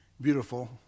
beautiful